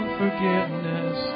forgiveness